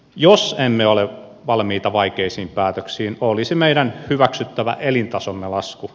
jos emme ole valmiita vaikeisiin päätöksiin olisi meidän hyväksyttävä elintasomme lasku